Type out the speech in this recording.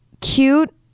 cute